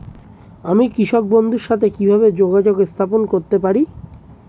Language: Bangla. আমি কৃষক বন্ধুর সাথে কিভাবে যোগাযোগ স্থাপন করতে পারি?